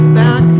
back